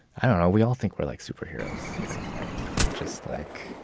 i don't know, we all think we're like superheroes. some way. and i just like.